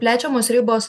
plečiamos ribos